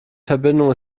verbindung